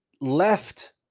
left